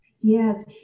yes